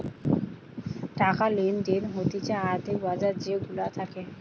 টাকা লেনদেন হতিছে আর্থিক বাজার যে গুলা থাকে